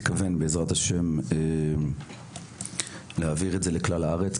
מתכוון בעזרת ה׳ להעביר אותה לכלל הארץ.